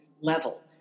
level